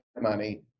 money